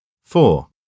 Four